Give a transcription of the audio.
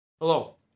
Hello